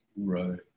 Right